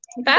Bye